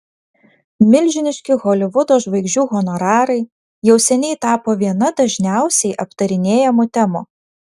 milžiniški holivudo žvaigždžių honorarai jau seniai tapo viena dažniausiai aptarinėjamų temų